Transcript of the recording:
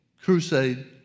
crusade